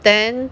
then